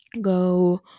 go